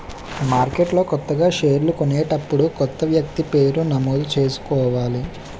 మార్కెట్లో కొత్తగా షేర్లు కొనేటప్పుడు కొత్త వ్యక్తి పేరు నమోదు చేసుకోవాలి